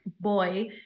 boy